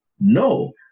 No